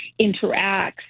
interacts